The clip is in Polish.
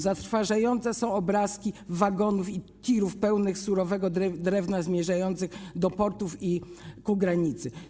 Zatrważające są obrazki wagonów i tirów pełnych surowego drewna zmierzających do portów i ku granicy.